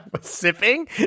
sipping